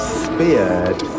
speared